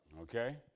Okay